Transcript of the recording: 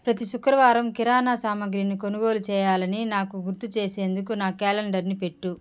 ప్రతి శుక్రవారం కిరాణా సామాగ్రిని కొనుగోలు చేయాలని నాకు గుర్తు చేసేందుకు నా క్యాలెండర్ని పెట్టు